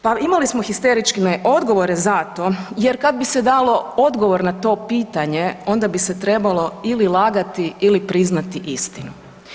Pa imali smo histerične odgovore zato jer kad bi se dalo odgovor na to pitanje, onda bi se trebalo ili lagati ili priznati istinu.